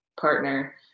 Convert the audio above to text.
partner